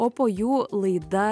o po jų laida